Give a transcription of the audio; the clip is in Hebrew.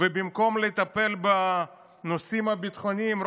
ובמקום לטפל בנושאים הביטחוניים,